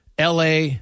LA